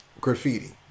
graffiti